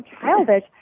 childish